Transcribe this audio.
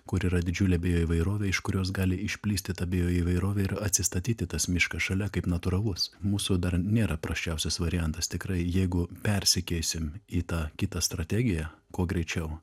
kur yra didžiulė bioįvairovė iš kurios gali išplisti ta bioįvairovė ir atsistatyti tas miškas šalia kaip natūralus mūsų dar nėra prasčiausias variantas tikrai jeigu persikeisim į tą kitą strategiją kuo greičiau